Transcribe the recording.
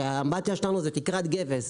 האמבטיה שלנו היא מתקרת גבס.